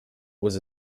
was